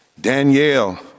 Danielle